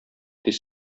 тиз